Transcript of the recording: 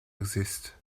existe